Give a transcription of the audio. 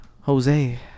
Jose